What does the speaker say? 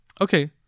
Okay